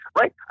right